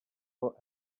what